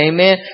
Amen